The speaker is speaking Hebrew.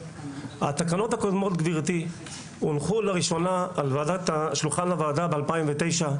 התקנות הקודמות הונחו לראשונה על שולחן הוועדה ב-2009,